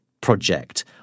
project